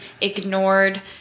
ignored